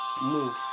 move